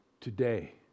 Today